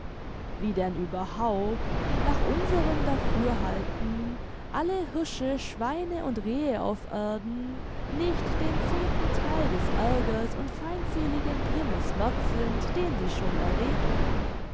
wie denn überhaupt nach unserem dafürhalten alle hirsche schweine und rehe auf erden nicht den zehnten theil des aergers und feindseligen grimmes werth sind den sie schon erregten